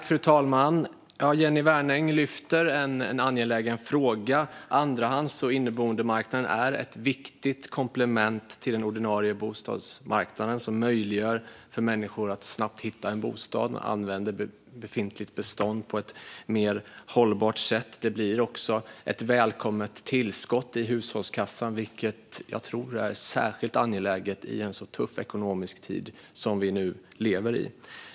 Fru talman! Jennie Wernäng lyfter upp en angelägen fråga. Andrahands och inneboendemarknaden är ett viktigt komplement till den ordinarie bostadsmarknaden som möjliggör för människor att snabbt hitta en bostad. Man använder befintligt bestånd på ett mer hållbart sätt. Det blir också ett välkommet tillskott i hushållskassan, vilket jag tror är särskilt angeläget i en så tuff ekonomisk tid som den vi nu lever i.